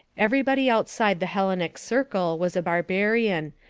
everybody outside the hellenic circle was a barbarian,